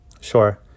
Sure